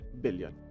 billion